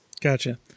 Gotcha